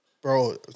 Bro